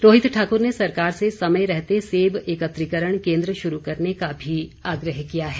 रोहित ठाकुर ने सरकार से समय रहते सेब एकत्रिकरण केन्द्र शुरू करने का भी आग्रह किया है